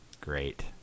great